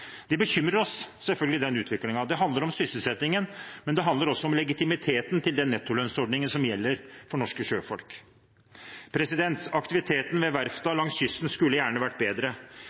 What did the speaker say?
utviklingen bekymrer oss selvfølgelig. Det handler om sysselsettingen, men det handler også om legitimiteten til den nettolønnsordningen som gjelder for norske sjøfolk. Aktiviteten ved verftene langs kysten skulle gjerne vært bedre.